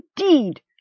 indeed